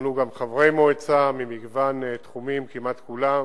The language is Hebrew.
מונו גם חברי מועצה ממגוון תחומים, כמעט כולם,